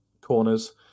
corners